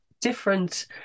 different